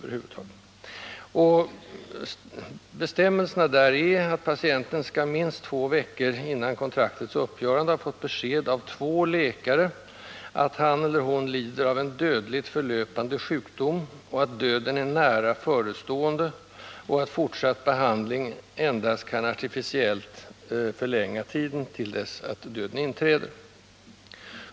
Enligt bestämmelserna i detta dokument skall patienten minst två veckor före kontraktets uppgörande ha fått besked av två läkare att han eller hon lider av en dödligt förlöpande sjukdom, att döden är nära förestående och att fortsatt behandling endast artificiellt förlänger tiden till dess att döden inträder.